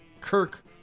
Kirk